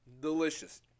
Delicious